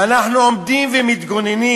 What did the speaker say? ואנחנו עומדים ומתגוננים